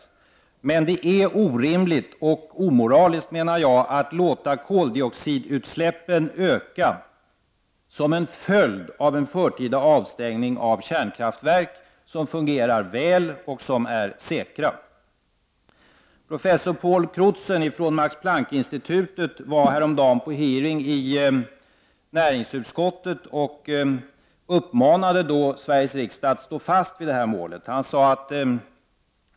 Men jag menar att det är orimligt och omoraliskt att låta koldioxidutsläppen öka som en följd av en förtida avstängning av kärnkraftverk som fungerar väl och som är säkra. Professor Paul Crutzen från Max Planck-institutet var på utfrågningen i näringsutskottet häromdagen och uppmanade då Sveriges riksdag att stå fast vid koldioxidmålet.